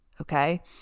okay